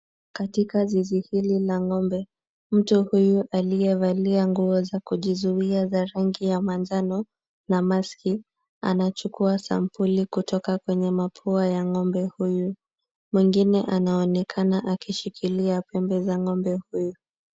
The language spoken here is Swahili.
Katika zizi hili la ng'ombe, mtu huyu aliyevalia nguo za kujizuia na rangi ya manjano na maski anachukua sampuli kutoka kwenye mapua ya ng'ombe huyu. Mwengine anaonekana akishikilia pembe za ng'ombe huyu.